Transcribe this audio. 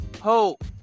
hope